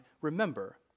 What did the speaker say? remember